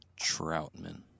Troutman